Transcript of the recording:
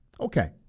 Okay